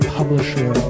publisher